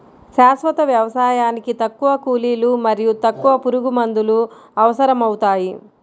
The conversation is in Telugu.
శాశ్వత వ్యవసాయానికి తక్కువ కూలీలు మరియు తక్కువ పురుగుమందులు అవసరమవుతాయి